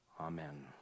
Amen